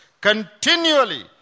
continually